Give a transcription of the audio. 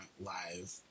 live